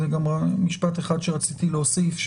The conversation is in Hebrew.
משפט אחד שרציתי להוסיף,